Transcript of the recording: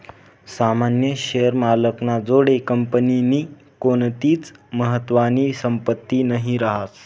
सामान्य शेअर मालक ना जोडे कंपनीनी कोणतीच महत्वानी संपत्ती नही रास